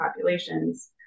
populations